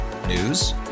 News